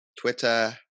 Twitter